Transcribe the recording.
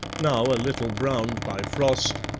now a little browned by frost,